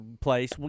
place